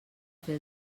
fer